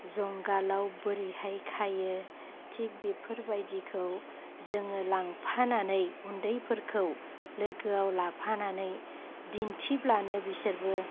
जुंगालाव बोरैहाय खायो थिग बेफोरबायदिखौ जोङो लांफानानै उन्दैफोरखौ लोगोआव लाफानानै दिन्थिब्लानो बिसोरबो